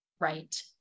right